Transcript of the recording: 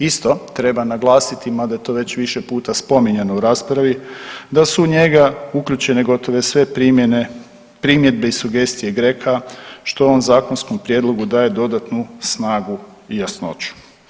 Isto treba naglasiti, mada je to već više puta spominjano u raspravi, da su u njega uključene gotovo sve primjedbe i sugestije GRECO-a što ovom Zakonskom prijedlogu daje dodatnu snagu i jasnoću.